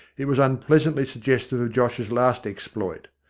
it was unpleasantly suggestive of josh's last exploit,